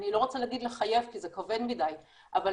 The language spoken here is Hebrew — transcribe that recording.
אני לא רוצה להגיד לחייב כי זה כבד מדי, אבל